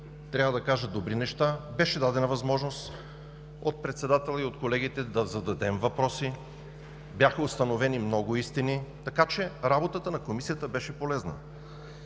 Трябва да кажа добри неща. Беше дадена възможност от председателя и от колегите да зададем въпроси, бяха установени много истини, така че работата на Комисията беше полезна.